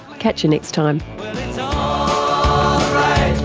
catch you next time are